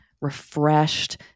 refreshed